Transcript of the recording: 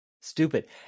Stupid